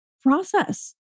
process